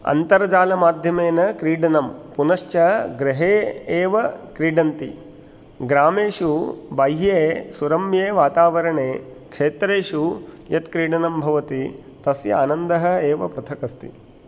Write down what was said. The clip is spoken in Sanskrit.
अन्तर्जालमाध्यमेन क्रीडनं पुनश्च गृहे एव क्रीडन्ति ग्रामेषु बाह्ये सुरम्ये वातावरणे क्षेत्रेषु यत् क्रीडनं भवति तस्य आनन्दः एव पृथक् अस्ति